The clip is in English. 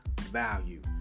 value